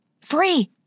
Free